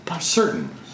Certain